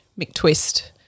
McTwist